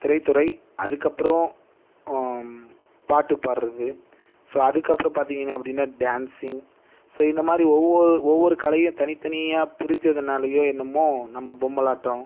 திரைத்துறை அதுக்கு அப்புறம் பாட்டு பாடுவது ஸோ அதுக்கு அப்புறம் பார்த்திங்க அப்படின்னா டான்சிங் ஸோ இந்தமாதிரி ஓவ்வொரு ஒவ்வொரு கலையும் தனி தனியாக பிரிஞ்சதுனாலேயோ என்னமோ நம்ம பொம்மலாட்டம்